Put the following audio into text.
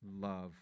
love